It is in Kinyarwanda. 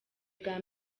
bwa